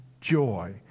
joy